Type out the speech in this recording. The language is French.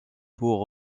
pour